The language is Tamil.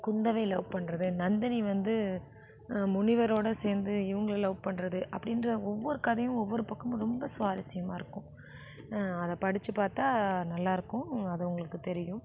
குந்தவை லவ் பண்ணுறது நந்தினி வந்து முனிவரோட சேர்ந்து இவங்களை லவ் பண்ணுறது அப்படின்ற ஒவ்வொரு கதையும் ஒவ்வொரு பக்கமும் ரொம்ப சுவாரஸ்யமாகருக்கும் அதை படிச்சு பார்த்தா நல்லாருக்கும் அது உங்களுக்கு தெரியும்